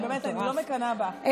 באמת, אני לא מקנאה בך.